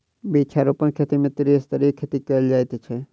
वृक्षारोपण खेती मे त्रिस्तरीय खेती कयल जाइत छै